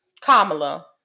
Kamala